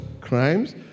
crimes